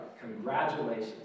Congratulations